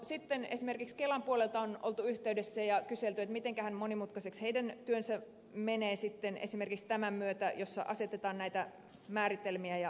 sitten esimerkiksi kelan puolelta on oltu yh teydessä ja kyselty että mitenkähän monimutkaiseksi heidän työnsä menee esimerkiksi tämän myötä kun asetetaan näitä määritelmiä ja rajoja